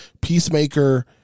Peacemaker